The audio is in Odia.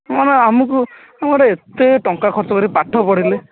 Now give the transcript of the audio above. ମାନେ ଆମକୁ ଆମେ ଏତେ ଟଙ୍କା ଖର୍ଚ୍ଚ କରିକି ପାଠ ପଢାଇଲେ